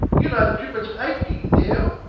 you'll owe thrippence a'peny now